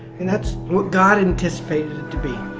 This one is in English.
and that's what god anticipated it to be.